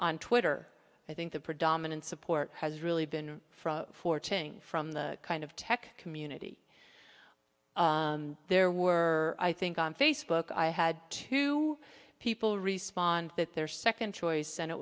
on twitter i think the predominant support has really been for change from the kind of tech community there were i think on facebook i had two people respond that their second choice and it